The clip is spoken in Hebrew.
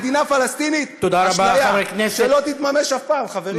מדינה פלסטינית, אשליה שלא תתממש אף פעם, חברים.